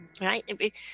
Right